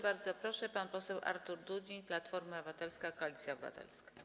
Bardzo proszę, pan poseł Artur Dunin, Platforma Obywatelska - Koalicja Obywatelska.